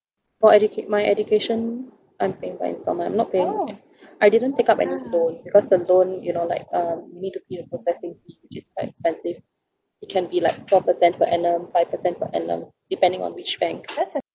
for educate~ my education I'm paying by instalment not paying I didn't take up any loan because the loan you know like uh you need to pay a processing fee it's quite expensive it can be like four percent per annum five percent per annum depending on which bank